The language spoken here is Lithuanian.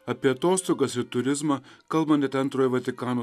apie atostogas ir turizmą kalba net antrojo vatikano